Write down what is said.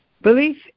Belief